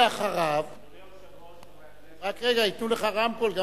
ואחריו, אדוני היושב-ראש, רק רגע, ייתנו לך רמקול.